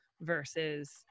versus